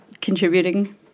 contributing